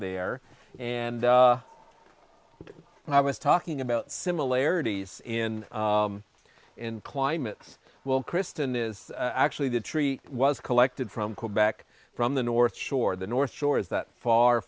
there and and i was talking about similarities in and climates well kristen is actually the tree was collected from come back from the north shore the north shore is that far